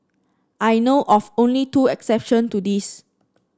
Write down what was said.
I know of only two exception to this